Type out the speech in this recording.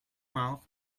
mouth